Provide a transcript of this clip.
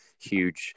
Huge